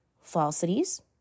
falsities